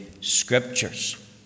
Scriptures